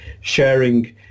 sharing